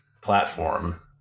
platform